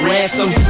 Ransom